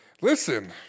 Listen